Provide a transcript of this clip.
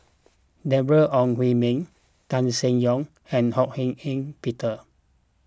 Deborah Ong Hui Min Tan Seng Yong and Ho Hak Ean Peter